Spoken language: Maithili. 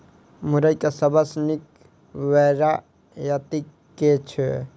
मुरई केँ सबसँ निक वैरायटी केँ छै?